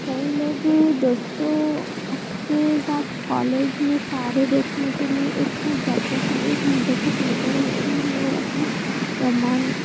कई लोग भी दोस्तों के साथ कॉलेज में तारे देखने के लिए एक साथ जाते हैं वह तक लेटे रहते हैं वहाँ पर ब्रह्मांड